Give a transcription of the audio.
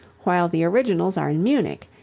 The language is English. while the originals are in munich,